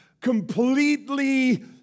completely